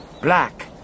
black